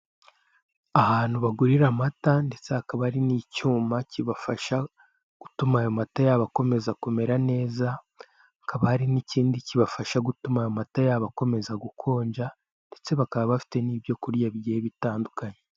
Ahantu bagurira amata ndetse hakaba hari n'icyuma kibafasha gutuma ayo mata yabo akomeza kumera neza, hakaba hari n'ikindi kibafasha gutuma ayo mata yabo akomeza gukonja ndetse bakaba bafite nibyo kurya bigiye bitandukanye.